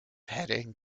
heading